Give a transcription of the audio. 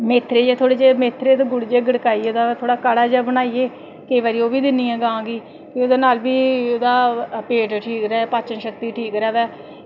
मेथरे जां थोह्ड़े जेह् मेथरे ते गुड़ जेहा गडकाइयै ओह्दा थोह्ड़ा काह्ड़ा जेहा बनाइयै केईं बारी ओह् बी दि'न्नी आं गांऽ गी एह्दे नाल बी एह्दा पेट ठीक र'वै पाचन शक्ति ठीक र'वै